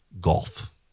golf